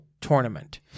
tournament